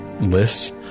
lists